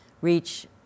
reach